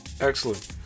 Excellent